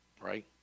Right